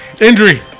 Injury